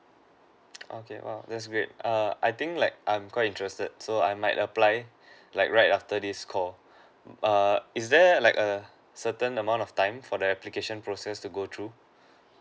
okay oo that's great err I think like I'm quite interested so I might apply like right after this call err is there like a certain amount of time for the application process to go through